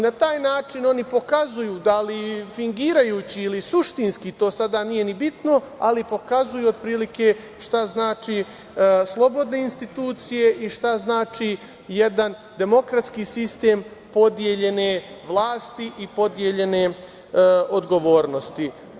Na taj način oni pokazuju, da li fingirajući ili suštinski, to sada nije ni bitno, ali pokazuju otprilike šta znače slobodne institucije i šta znači jedan demokratski sistem podeljene vlasti i podeljene odgovornosti.